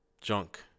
junk